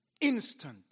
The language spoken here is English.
Instant